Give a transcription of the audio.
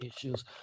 issues